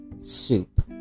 Soup